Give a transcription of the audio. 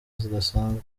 zidasanzwe